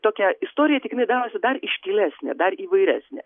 tokią istoriją tik jinai darosi dar iškilesnė dar įvairesnė